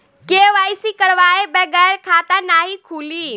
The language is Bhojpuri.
के.वाइ.सी करवाये बगैर खाता नाही खुली?